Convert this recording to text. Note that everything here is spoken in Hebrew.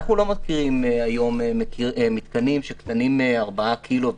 אנחנו לא מכירים היום מתקנים שקטנים מארבעה קילוואט,